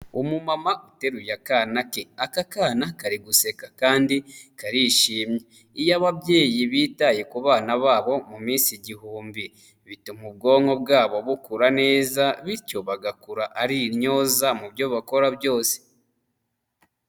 Umu mama uteruye akana ke, aka kana kari guseka, kandi karishimye, iyo ababyeyi bitaye ku bana babo mu minsi igihumbi, bituma ubwonko bwabo bukura neza, bityo bagakura ari intyoza mu byo bakora byose.